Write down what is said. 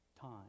time